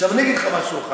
אני אגיד לך משהו,